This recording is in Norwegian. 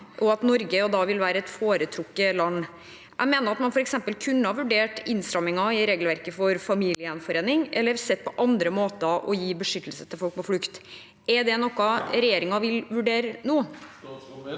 vil Norge være et foretrukket land. Jeg mener at man f.eks. kunne ha vurdert innstramminger i regelverket for familiegjenforening, eller sett på andre måter for å gi beskyttelse til folk på flukt. Er det noe regjeringen vil vurdere nå?